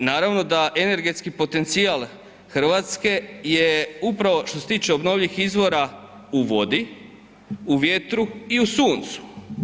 I naravno da energetski potencijal Hrvatske je upravo što se tiče obnovljivih izvora u vodu, u vjetru i u suncu.